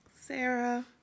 Sarah